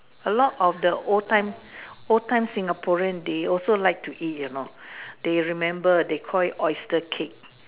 a lot of the old time old time Singapore rain day also like to hear now the remember the coins cake